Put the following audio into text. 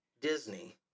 Disney